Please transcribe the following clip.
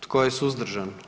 Tko je suzdržan?